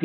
B